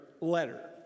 letter